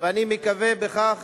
ואני מקווה שבכך